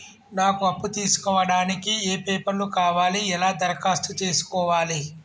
నాకు అప్పు తీసుకోవడానికి ఏ పేపర్లు కావాలి ఎలా దరఖాస్తు చేసుకోవాలి?